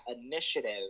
initiative